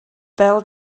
bell